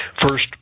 First